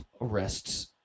arrests